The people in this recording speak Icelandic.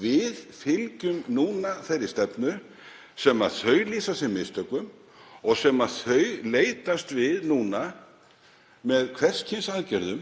Við fylgjum núna þeirri stefnu sem þau lýsa sem mistökum og þau leitast við núna með hvers kyns aðgerðum